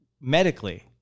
medically